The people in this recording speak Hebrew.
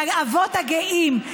לאבות הגאים,